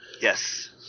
yes